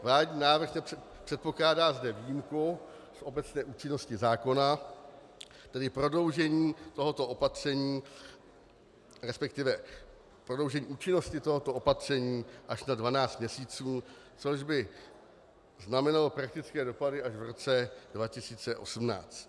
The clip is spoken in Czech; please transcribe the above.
Vládní návrh zde předpokládá výjimku v obecné účinnosti zákona, tedy prodloužení tohoto opatření, resp. prodloužení účinnosti tohoto opatření, až na 12 měsíců, což by znamenalo praktické dopady až v roce 2018.